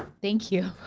thank you.